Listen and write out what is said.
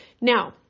now